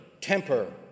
temper